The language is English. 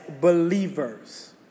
believers